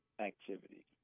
activity